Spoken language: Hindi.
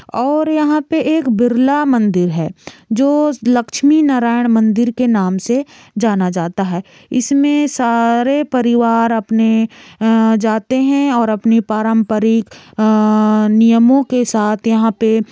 और यहाँ पर एक बिरला मन्दिर है जो उस लक्ष्मी नारायण मंदिर के नाम से जाना जाता है इसमें सारे परिवार अपने जाते हैं और अपनी पारंपरिक नियमों के साथ यहाँ पर